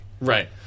Right